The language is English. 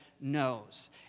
knows